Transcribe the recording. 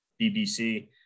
BBC